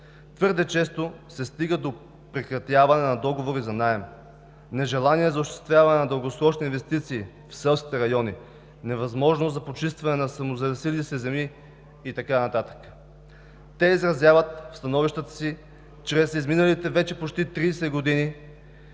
твърде често се стига до прекратяване на договори за наеми, нежелание за осъществяване на дългосрочни инвестиции в селските райони, невъзможност за почистване на самозалесили се земи и така нататък. В становищата си те изразяват, че през изминалите вече почти 30 години